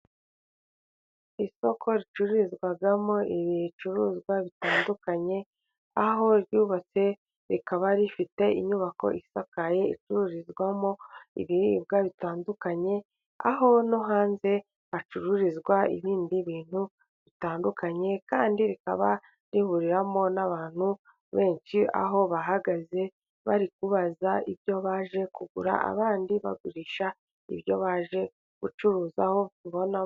Isoko ricururizwamo ibicuruzwa bitandukanye, aho ryubatse rikaba rifite inyubako isakaye icururizwamo ibiribwa bitandukanye, aho no hanze hacururizwa ibindi bintu bitandukanye, kandi rikaba rihuriramo n'abantu benshi, aho bahagaze bari kubaza ibyo baje kugura, abandi bagurisha ibyo baje gucuruza...